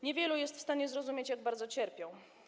Niewielu jest w stanie zrozumieć, jak bardzo cierpią.